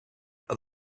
are